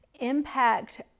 impact